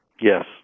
Yes